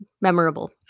memorable